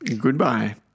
Goodbye